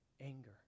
anger